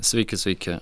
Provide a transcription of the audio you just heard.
sveiki sveiki